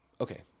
Okay